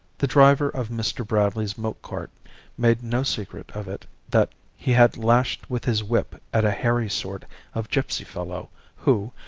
the driver of mr. bradley's milk-cart made no secret of it that he had lashed with his whip at a hairy sort of gipsy fellow who,